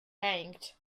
hanged